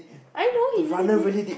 I know he really did